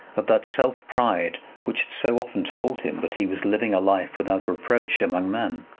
of that self-pride which had so often told him that he was living a life without reproach among men.